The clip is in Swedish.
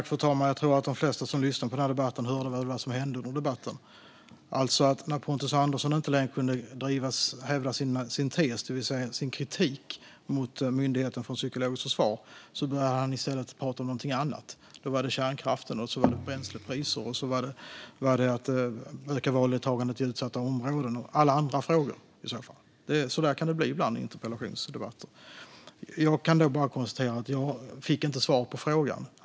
Fru talman! Jag tror att de flesta som lyssnar på den här debatten hörde vad som hände under debatten. När Pontus Andersson inte längre kunde hävda sin tes, det vill säga sin kritik mot Myndigheten för psykologiskt försvar, började han i stället prata om någonting annat. Då var det kärnkraft, bränslepriser, att öka valdeltagandet i utsatta områden och alla andra frågor. Så kan det bli ibland i interpellationsdebatter. Jag kan bara konstatera att jag inte fick svar på frågan.